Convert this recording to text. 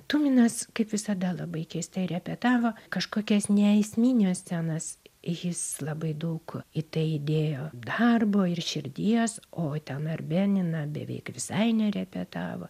tuminas kaip visada labai keistai repetavo kažkokias neesmines scenas jis labai daug į tai įdėjo darbo ir širdies o ten arbenina beveik visai nerepetavo